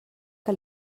que